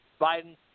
Biden